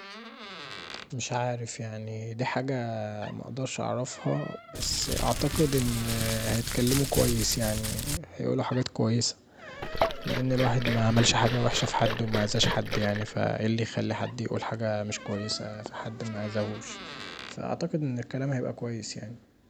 مش عارف يعني، دي حاجه مقدرش اعرفها، بس اعتقد ان هيتكلموا كويس يعني هيقولوا حاجات كويسه، لان الواحد معملش حاجه وحشه في حد ومأذاش حد فإيه اللي يخلي حد يقول حاجه مش كويسه في حد مأذاهوش، فأعتقد ان الكلام هيبقي كويس يعني.